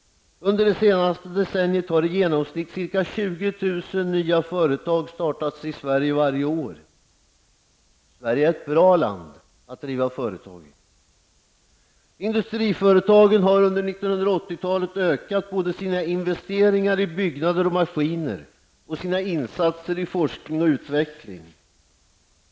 Under det senaste decenniet har i genomsnitt ca 20 000 nya företag startats i Sverige varje år. Sverige är ett bra land att driva företag i! Industriföretagen har under 1980-talet ökat både sina investeringar i byggnader och maskiner och sina insatser i forskning och utveckling.